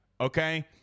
okay